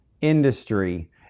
industry